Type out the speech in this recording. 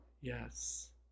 Yes